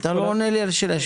אתה לא עונה לי על השאלה,